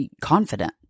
confident